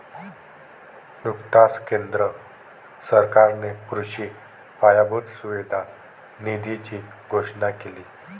नुकताच केंद्र सरकारने कृषी पायाभूत सुविधा निधीची घोषणा केली